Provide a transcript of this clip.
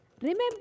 Remember